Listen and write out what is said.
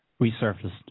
resurfaced